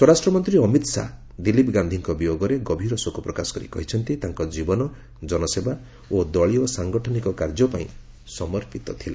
ସ୍ୱରାଷ୍ଟ୍ରମନ୍ତ୍ରୀ ଅମିତ ଶାହା ଦିଲ୍ଲୀପ ଗାନ୍ଧୀଙ୍କ ବିୟୋଗରେ ଗଭୀର ଶୋକ ପ୍ରକାଶ କରି କହିଛନ୍ତି ତାଙ୍କ ଜୀବନ ଜନସେବା ଓ ଦଳୀୟ ସାଂଗଠନିକ କାର୍ଯ୍ୟ ପାଇଁ ସମର୍ପିତ ଥିଲା